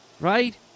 Right